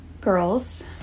Girls